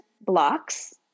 blocks